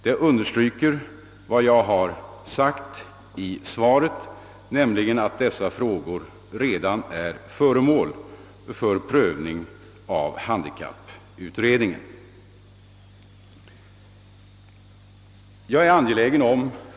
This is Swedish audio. Detta understryker vad jag har sagt i svaret, nämligen att dessa frågor redan är föremål för prövning av handikapputredningen.